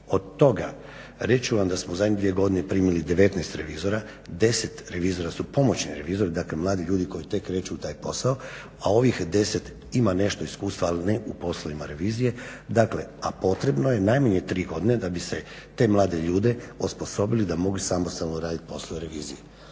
od toga reći ću vam da smo zadnje dvije godine primili 19 revizora. 10 revizora su pomoćni revizori, dakle mladi ljudi koji tek kreću u taj posao, a ovih 10 ima nešto iskustva ali ne u poslovima revizije. Dakle a potrebno je najmanje tri godine da bi se te mlade ljude osposobili da mogu samostalno raditi poslove revizije.